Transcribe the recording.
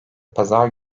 pazar